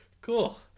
Cool